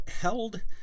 held